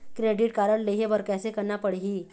Credit card लेहे बर कैसे करना पड़ही?